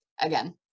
Again